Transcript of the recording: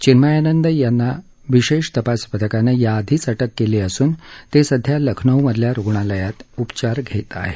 चिन्मयानंद यांना विशेष तपास पथकानं याआधीच अटक केली असून ते सध्या लखनौ मधल्या रुग्णालयात उपचार घेत आहेत